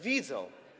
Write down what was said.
Widzą.